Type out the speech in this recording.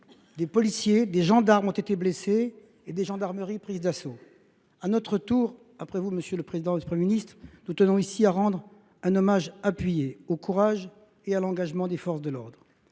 des policiers et gendarmes ont été blessés, des gendarmeries prises d’assaut. Après vous, monsieur le président, monsieur le Premier ministre, nous tenons ici à rendre un hommage appuyé au courage et à l’engagement des forces de l’ordre.